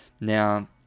Now